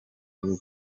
rwo